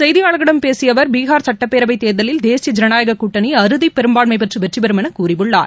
செய்தியாளர்களிடம் பேசிய அவர் பீஹார் சுட்டப்பேரவை தேர்தலில் தேசிய ஜனநாயக கூட்டணி அறுதி பெரும்பான்மை பெற்று வெற்றி பெறும் என கூறியுள்ளார்